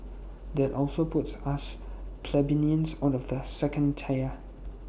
that also puts us plebeians out of the second tier